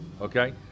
okay